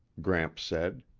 gramps said.